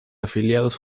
afiliados